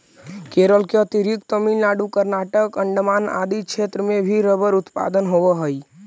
केरल के अतिरिक्त तमिलनाडु, कर्नाटक, अण्डमान आदि क्षेत्र में भी रबर उत्पादन होवऽ हइ